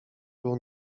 był